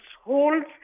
holds